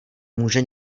může